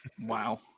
Wow